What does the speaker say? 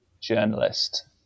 journalist